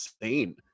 insane